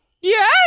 Yes